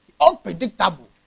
Unpredictable